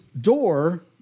door